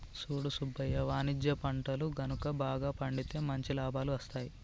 సూడు సుబ్బయ్య వాణిజ్య పంటలు గనుక బాగా పండితే మంచి లాభాలు అస్తాయి